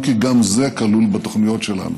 אם כי גם זה כלול בתוכניות שלנו,